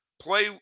play